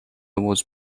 was